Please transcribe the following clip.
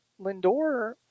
Lindor